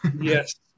Yes